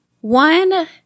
One